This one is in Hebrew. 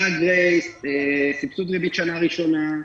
סבסוד ריבית שנה הראשונה,